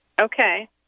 Okay